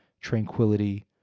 tranquility